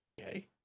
okay